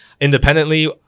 independently